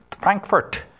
Frankfurt